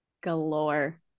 Galore